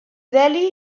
delhi